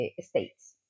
states